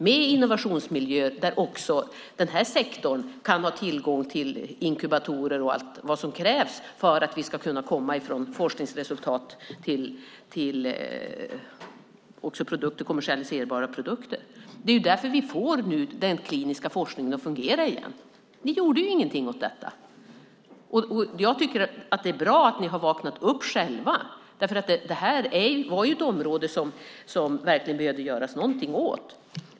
Det ska vara innovationsmiljöer där också den här sektorn kan ha tillgång till inkubatorer och allt vad som krävs för att vi ska gå från forskningsresultat till kommersialiserbara produkter. Det är därför vi får den kliniska forskningen att fungera igen. Ni gjorde inget åt detta. Det är bra att ni har vaknat. Det här var ett område som det verkligen behövde göras något åt.